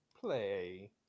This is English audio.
play